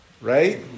right